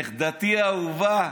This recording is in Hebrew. נכדתי האהובה,